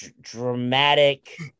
dramatic